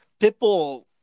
Pitbull